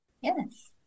Yes